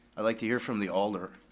i'd like to hear from the alder.